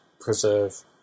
preserve